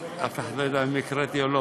אף אחד לא ידע אם הקראתי או לא.